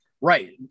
Right